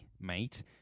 mate